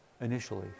initially